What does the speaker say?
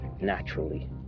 naturally